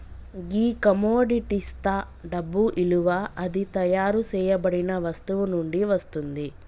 గీ కమొడిటిస్తా డబ్బు ఇలువ అది తయారు సేయబడిన వస్తువు నుండి వస్తుంది